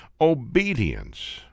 obedience